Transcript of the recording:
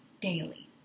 daily